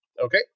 Okay